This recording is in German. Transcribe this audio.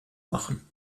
machen